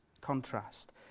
contrast